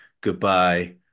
goodbye